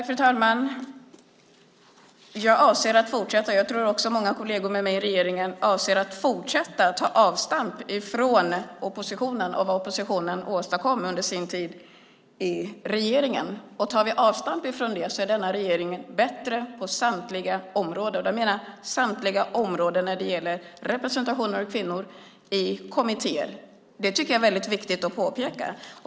Fru talman! Jag avser att fortsätta att ta avstamp i det som oppositionen åstadkom under sin tid i regeringen, och jag tror också att många kolleger till mig i regeringen avser att göra det. Tar vi avstamp i det är den här regeringen bättre på samtliga områden, och då menar jag samtliga områden, när det gäller representation av kvinnor i kommittéer. Det tycker jag är väldigt viktigt att påpeka.